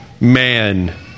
man